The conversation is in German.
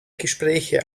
gespräche